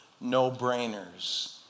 no-brainers